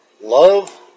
love